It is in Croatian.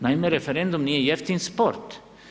Naime referendum nije jeftin sport.